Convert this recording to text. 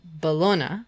bologna